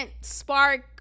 spark